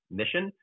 mission